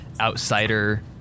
outsider